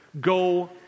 go